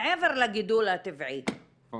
מעבר לגידול הטבעי, מה?